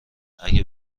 اگه